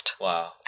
Wow